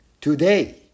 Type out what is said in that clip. today